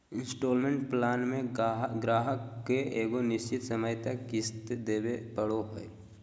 instalment plan मे गाहक के एगो निश्चित समय तक किश्त देवे पड़ो हय